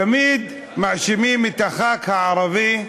תמיד מאשימים את חבר הכנסת הערבי,